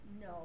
no